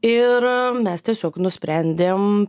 ir mes tiesiog nusprendėm